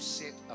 set